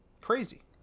crazy